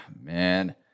Man